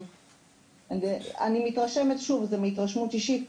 מהתרשמות אישית,